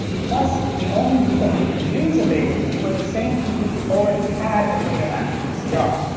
plus, the only people who could use a betamovie were the same people who already had a betamax vcr.